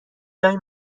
لای